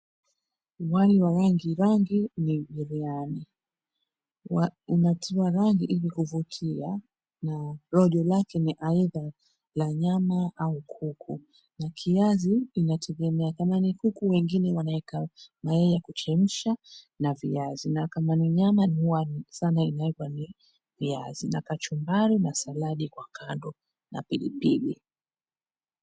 Wali wa rangi rangi ni biriani. Unatiwa rangi ili kuvutia na rojo lake ni aidha la nyama au kuku. Na kiasi inategemea kama ni kuku wengine wanaweka mayai ya kuchemsha na viazi. Na kama ni nyama ni sana inawekwa ni viazi na kachumbari na saladi kwa kando na pilipili.